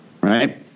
right